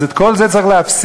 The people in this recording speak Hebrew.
אז את כל זה צריך להפסיק,